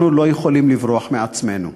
אנחנו לא יכולים לברוח מעצמנו.